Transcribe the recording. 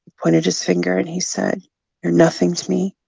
pointed his finger and he said nothing to me,